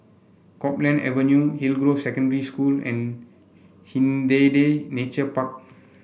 Copeland Avenue Hillgrove Secondary School and Hindhede Nature Park